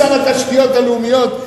שר התשתיות הלאומיות,